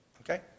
Okay